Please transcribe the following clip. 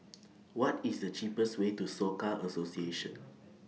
What IS The cheapest Way to Soka Association